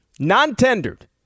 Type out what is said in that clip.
non-tendered